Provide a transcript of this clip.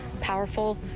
powerful